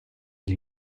del